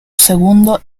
segundo